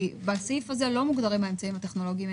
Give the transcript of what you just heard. בסעיף הזה לא מוגדרים האמצעים הטכנולוגיים.